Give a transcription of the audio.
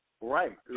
Right